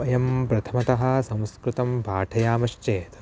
अयं प्रथमतः संस्कृतं पाठयामश्चेत्